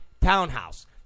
townhouse